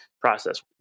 process